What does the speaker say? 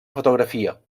fotografia